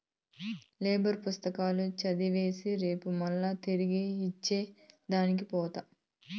library పుస్తకాలు చదివేసి రేపు మల్లా తిరిగి ఇచ్చే దానికి పోత